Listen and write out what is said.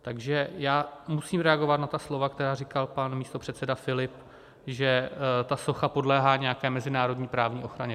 Takže musím reagovat na ta slova, která říkal pan místopředseda Filip, že ta socha podléhá nějaké mezinárodní právní ochraně.